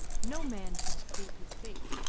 no man can escape his fate,